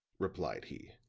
replied he.